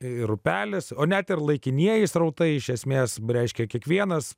ir upelis o net ir laikinieji srautai iš esmės reiškia kiekvienas